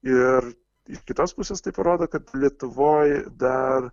ir iš kitos pusės tai parodo kad lietuvoj dar